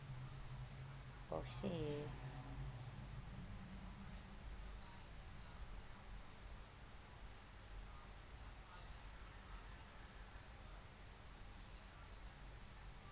okay